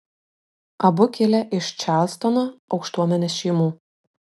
abu kilę iš čarlstono aukštuomenės šeimų